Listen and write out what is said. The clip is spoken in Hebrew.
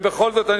ובכל זאת,